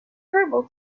herbal